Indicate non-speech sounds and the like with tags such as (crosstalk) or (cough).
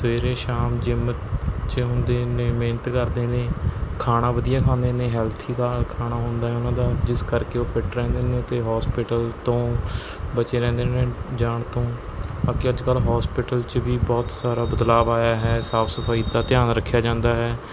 ਸਵੇਰੇ ਸ਼ਾਮ ਜਿੰਮ 'ਚ ਹੁੰਦੇ ਨੇ ਮਿਹਨਤ ਕਰਦੇ ਨੇ ਖਾਣਾ ਵਧੀਆ ਖਾਂਦੇ ਨੇ ਹੈਲਥੀ (unintelligible) ਖਾਣਾ ਹੁੰਦਾ ਹੈ ਉਹਨਾਂ ਦਾ ਜਿਸ ਕਰਕੇ ਉਹ ਫਿੱਟ ਰਹਿੰਦੇ ਨੇ ਅਤੇ ਹੋਸਪੀਟਲ ਤੋਂ ਬਚੇ ਰਹਿੰਦੇ ਨੇ ਜਾਣ ਤੋਂ ਬਾਕੀ ਅੱਜ ਕੱਲ੍ਹ ਹੋਸਪੀਟਲ 'ਚ ਵੀ ਬਹੁਤ ਸਾਰਾ ਬਦਲਾਵ ਆਇਆ ਹੈ ਸਾਫ ਸਫ਼ਾਈ ਦਾ ਧਿਆਨ ਰੱਖਿਆ ਜਾਂਦਾ ਹੈ